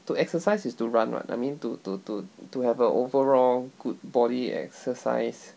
to exercise is to run [what] I mean to to to to have a overall good body exercise